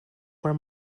are